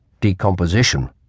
Decomposition